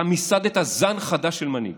אתה מיסדת זן חדש של מנהיג,